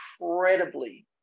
incredibly